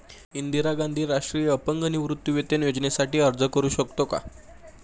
इंदिरा गांधी राष्ट्रीय अपंग निवृत्तीवेतन योजनेसाठी अर्ज करू शकतो का?